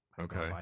okay